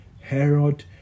Herod